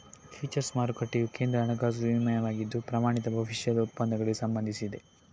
futures ಮಾರುಕಟ್ಟೆಯು ಕೇಂದ್ರ ಹಣಕಾಸು ವಿನಿಮಯವಾಗಿದ್ದು, ಪ್ರಮಾಣಿತ ಭವಿಷ್ಯದ ಒಪ್ಪಂದಗಳಿಗೆ ಸಂಬಂಧಿಸಿದೆ